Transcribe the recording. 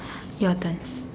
your turn